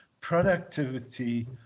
productivity